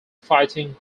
fighting